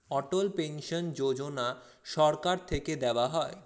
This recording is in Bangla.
অটল পেনশন যোজনা সরকার থেকে দেওয়া হয়